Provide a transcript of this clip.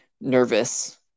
nervous